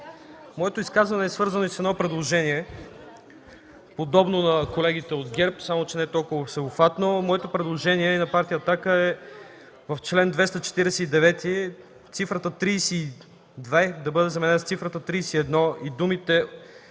Моето изказване е свързано и с едно предложение, подобно на колегите от ГЕРБ, само че не толкова всеобхватно. Моето предложение и на Партия „Атака” е цифрата „32” в чл. 249да бъде заменена с цифрата „31” и думите